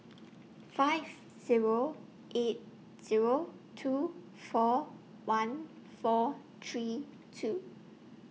five Zero eight Zero two four one four three two